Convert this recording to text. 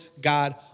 God